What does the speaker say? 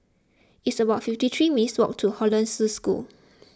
it's about fifty three minutes' walk to Hollandse School